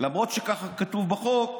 למרות שכך כתוב בחוק,